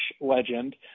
legend